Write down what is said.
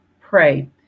pray